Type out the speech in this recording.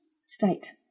state